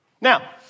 Now